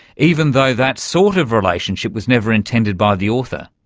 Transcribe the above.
even though that sort of relationship was never intended by the author?